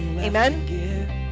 Amen